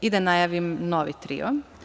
Da najavim novi trio.